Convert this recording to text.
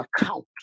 account